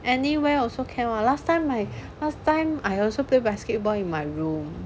anywhere also can [what] last time my last time I also play basketball in my room